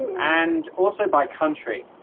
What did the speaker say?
um and also, by country.